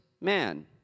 man